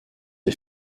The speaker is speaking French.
est